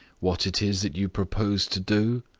what it is that you propose to do?